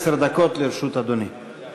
הנושא הראשון הוא הצעה לסדר-יום